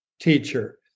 teacher